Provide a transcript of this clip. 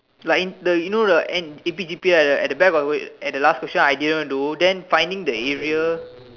like the you know the a P G P at the back I at the back I didn't do then finding the area